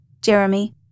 Jeremy